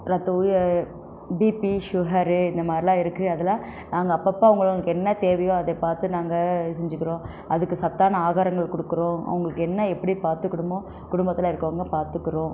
ரத்த உயர் BP sugar இந்த மாதிரிலாம் இருக்குது அதெல்லாம் நாங்கள் அப்பப்போ அவர்களுக்கு என்ன தேவையோ அதை பார்த்து நாங்கள் செஞ்சுக்கிறோம் அதுக்கு சத்தான ஆகாரங்கள் கொடுக்குறோம் அவர்களுக்கு என்ன எப்படி பார்த்துக்குணுமோ குடும்பத்தில் இருக்கவங்க பார்த்துக்குறோம்